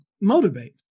motivate